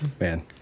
Man